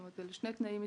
אלה שני תנאים מצטרפים.